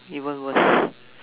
even worse